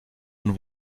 und